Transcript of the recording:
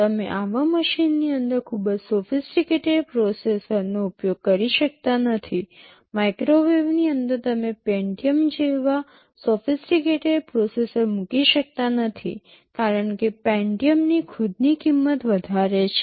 તમે આવા મશીનની અંદર ખૂબ જ સોફિસ્ટિકેટેડ પ્રોસેસરનો ઉપયોગ કરી શકતા નથી માઇક્રોવેવની અંદર તમે પેન્ટિયમ જેવા સોફિસ્ટિકેટેડ પ્રોસેસર મૂકી શકતા નથી કારણ કે પેન્ટિયમ ની ખુદની કિંમત વધારે છે